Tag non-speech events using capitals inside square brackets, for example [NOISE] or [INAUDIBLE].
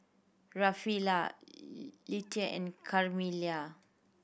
Rafaela [UNINTELLIGIBLE] Leitha and Carmella